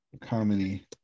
Comedy